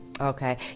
Okay